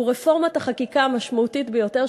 הוא רפורמת החקיקה המשמעותית ביותר,